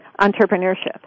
entrepreneurship